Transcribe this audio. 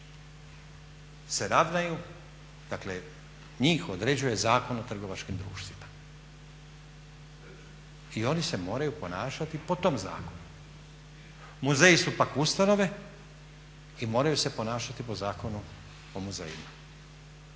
se ravnaju, dakle njih određuje Zakon o trgovačkim društvima i oni se moraju ponašati po tom zakonu. Muzeji su pak ustanove i moraju se ponašati po Zakonu o muzejima.